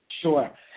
Sure